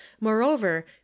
moreover